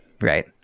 right